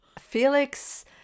Felix